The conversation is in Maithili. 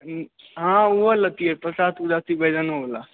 हँ ओहो लैतिए छओ सात गो गाछ बैगनो बला